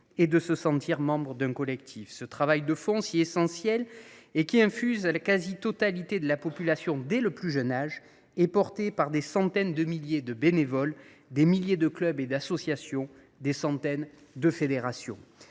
et de se sentir membre d’un collectif. Ce travail de fond si essentiel, infusé dans la quasi totalité de la population dès le plus jeune âge, est porté par des centaines de milliers de bénévoles, des milliers de clubs et d’associations et des centaines de fédérations.